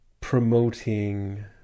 promoting